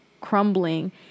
crumbling